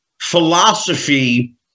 philosophy